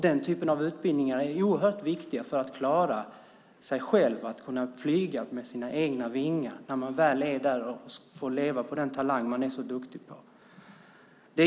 Den typen av utbildningar är oerhört viktiga för att klara sig själv, att kunna flyga med egna vingar, att kunna leva på den talang man är duktig på.